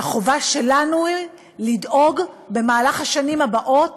והחובה שלנו היא לדאוג במהלך השנים הבאות